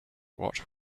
what